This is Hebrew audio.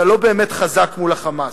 אתה לא באמת חזק מול ה"חמאס".